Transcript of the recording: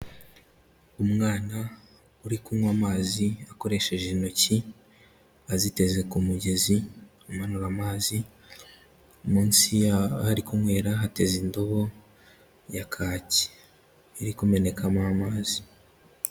Umwana uri kunywa amazi akoresheje intoki aziteze ku mugezi amanura amazi munsi yaho ari kunywera hateze indobo ya kaki iri kumenekamo amazi.